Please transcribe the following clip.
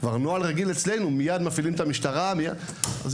אז הנוהל הרגיל אצלנו זה מיד להפעיל את המשטרה ואת מי שצריך.